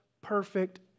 perfect